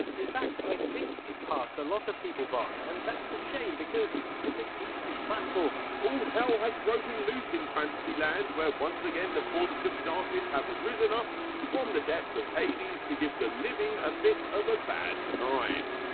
in fact, i think it passed a lot of people by, and that's a shame, because it's a decent platformer. all hell has broken loose in fantasy land, where once again the forces of darkness have risen up from the depths of hades to give the living a bit of a bad time.